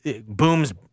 booms